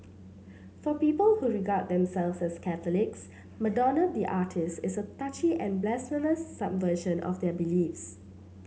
for people who regard themselves as Catholics Madonna the artiste is a touchy and blasphemous subversion of their beliefs